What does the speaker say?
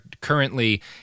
currently